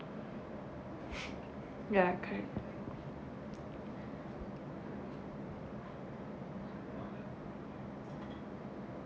ya correct